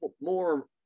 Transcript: more